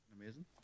amazing